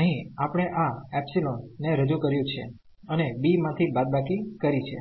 અહીં આપણે આ એપ્સીલોન ને રજૂ કર્યું છે અને b માંથી બાદબાકી કરી છે